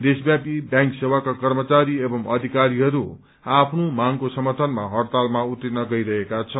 देशव्यापी व्यांक सेवाका कर्मचारी एवं अधिकारीहरू आफ्नो मागको समर्थनमा हड़तालमा उत्रिन गइरहेका छन्